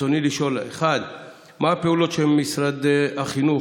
רצוני לשאול: 1. מה הפעולות שמשרד החינוך